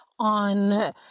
On